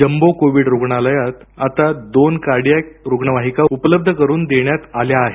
jumbo Covid रुग्णालयात आता दोन कार्डिएक रुग्णवाहिका उपलब्ध करून देण्यात आल्या आहेत